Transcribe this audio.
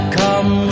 come